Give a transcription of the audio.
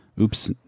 Oops